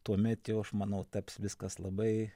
tuomet jau aš manau taps viskas labai